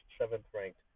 Seventh-ranked